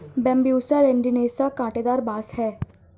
Bambusa arundinacea काँटेदार बाँस है